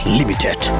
limited